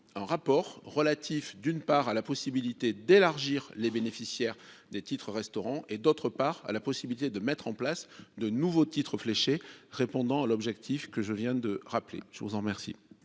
voeux porterait, d'une part, sur la possibilité d'élargir les bénéficiaires des titres-restaurant et, d'autre part, sur la possibilité de mettre en place de nouveaux titres fléchés répondant à l'objectif que je viens de rappeler. Quel est